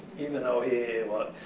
even though he, well,